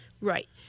Right